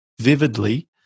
vividly